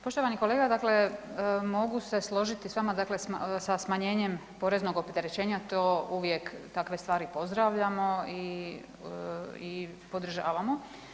Poštovani kolega, dakle mogu se složiti s vama, dakle sa smanjenjem poreznog opterećenja, to uvijek takve stvari pozdravljamo i, i podržavamo.